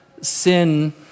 sin